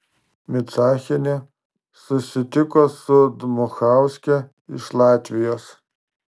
micachienė susitiko su dmuchauske iš latvijos